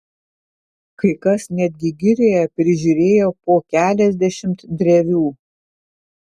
kai kas netgi girioje prižiūrėjo po keliasdešimt drevių